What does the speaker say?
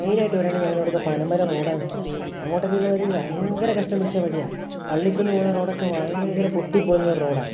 മെയിനായിട്ട് പറയുകയാണെങ്കിൽ ഞങ്ങളുടെ ഇവിടുത്തെ പനമരം റോഡ് അങ്ങോട്ടൊക്കെ ഉള്ള വഴി ഭയങ്കര കഷ്ടം പിടിച്ച വഴിയാണ് പള്ളിക്കുന്ന് പോവുന്ന റോഡൊക്കെ ഭയങ്കര പൊട്ടി പൊളിഞ്ഞൊരു റോഡാണ്